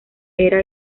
era